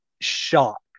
shock